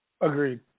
Agreed